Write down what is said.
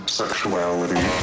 sexuality